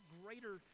greater